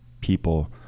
people